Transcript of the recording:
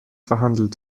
verhandelt